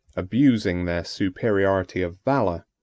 abusing their superiority of valor,